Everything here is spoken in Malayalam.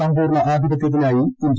സമ്പൂർണ്ണ ആധിപത്യത്തിനായി ഇന്ത്യ